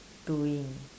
doing